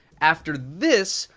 after this,